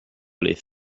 les